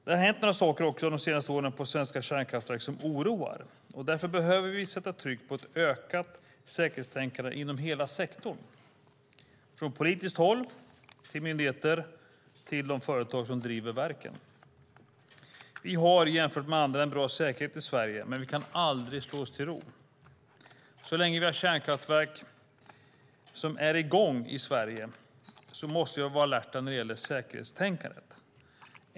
Det har hänt några saker på svenska kärnkraftverk de senaste åren som oroar. Därför behöver vi sätta tryck på ett ökat säkerhetstänkande inom hela sektorn, från politiskt håll till myndigheter till de företag som driver verken. Jämfört med andra har vi en bra säkerhet i Sverige, men vi kan aldrig slå oss till ro. Så länge vi har kärnkraftverk som är i gång i Sverige måste vi vara alerta när det gäller säkerhetstänkandet.